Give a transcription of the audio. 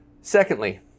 Secondly